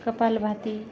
kapalbhati